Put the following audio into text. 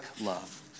love